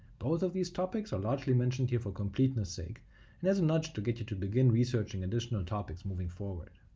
both of these topics are laregly mentioned here for completeness's sake and as a nudge to get you to begin researching additional topics moving forward.